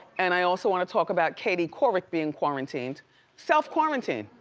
and i also wanna talk about katie couric being quarantined. self-quarantined.